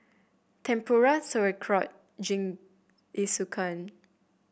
Tempura Sauerkraut Jingisukan